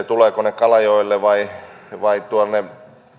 tulevatko ne kalajoelle vai vai tuonne